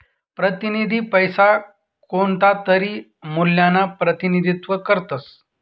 प्रतिनिधी पैसा कोणतातरी मूल्यना प्रतिनिधित्व करतस